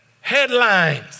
headlines